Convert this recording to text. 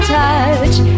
touch